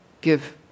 give